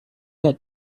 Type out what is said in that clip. get